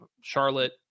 Charlotte